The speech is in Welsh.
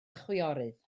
chwiorydd